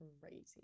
Crazy